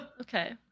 Okay